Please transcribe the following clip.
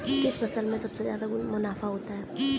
किस फसल में सबसे जादा मुनाफा होता है?